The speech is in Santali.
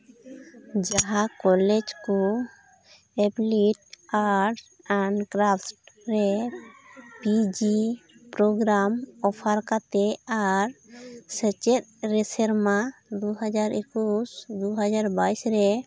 ᱡᱟᱦᱟᱸ ᱠᱚᱞᱮᱡᱽ ᱠᱚ ᱮᱯᱞᱤᱴ ᱟᱨ ᱟᱨᱴ ᱮᱱᱰ ᱠᱨᱟᱯᱴᱥ ᱨᱮ ᱯᱤᱡᱤ ᱯᱨᱳᱜᱨᱟᱢ ᱚᱯᱷᱟᱨ ᱠᱟᱛᱮ ᱟᱨ ᱥᱮᱪᱮᱫ ᱨᱮ ᱥᱮᱨᱢᱟ ᱫᱩ ᱦᱟᱡᱟᱨ ᱮᱠᱩᱥ ᱫᱩ ᱦᱟᱡᱟᱨ ᱵᱟᱭᱤᱥ ᱨᱮ